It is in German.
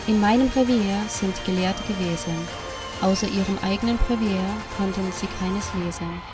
in meinem revier sind gelehrte gewesen außer ihrem eignen brevier konnten sie keines lesen